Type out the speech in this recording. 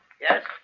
Yes